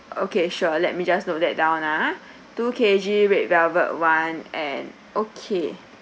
okay sure let me just note that down ah two K_G red velvet one and okay